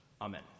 Amen